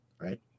Right